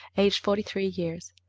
aged forty three years.